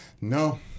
no